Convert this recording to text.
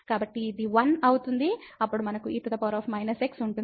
కాబట్టి ఇది 1 అవుతుంది అప్పుడు మనకు e x ఉంటుంది